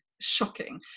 shocking